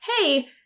hey